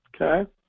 Okay